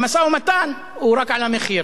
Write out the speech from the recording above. המשא-ומתן הוא רק על המחיר.